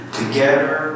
together